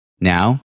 Now